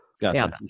Gotcha